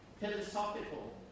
philosophical